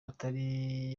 atari